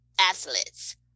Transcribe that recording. athletes